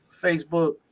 Facebook